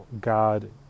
God